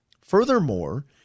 Furthermore